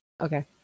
okay